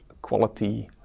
quality